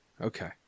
Okay